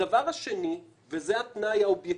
הדבר השני, וזה התנאי האובייקטיבי,